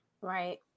Right